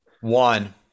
One